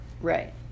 Right